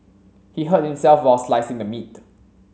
he hurt himself while slicing the meat